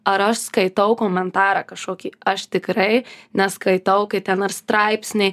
ar aš skaitau komentarą kažkokį aš tikrai neskaitau kai ten ar straipsniai